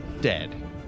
dead